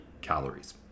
calories